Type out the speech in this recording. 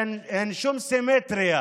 אין שום סימטריה